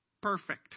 Perfect